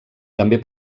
també